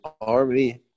Army